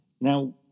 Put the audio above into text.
Now